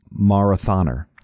marathoner